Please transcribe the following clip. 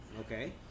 Okay